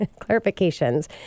clarifications